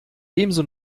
ebenso